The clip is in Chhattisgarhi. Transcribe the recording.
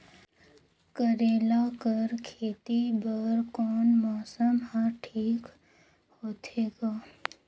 करेला कर खेती बर कोन मौसम हर ठीक होथे ग?